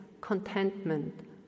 contentment